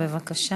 בבקשה.